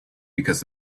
because